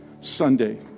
Sunday